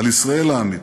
על ישראל האמיתית.